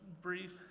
brief